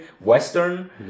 Western